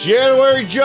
January